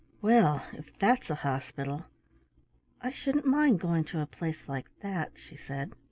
well, if that's a hospital i shouldn't mind going to a place like that, she said.